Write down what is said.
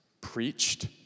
preached